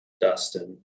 Dustin